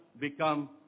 become